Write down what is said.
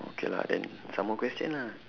okay lah then some more question lah